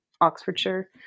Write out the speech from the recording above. Oxfordshire